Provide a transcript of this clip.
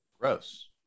gross